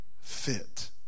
fit